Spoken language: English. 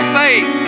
faith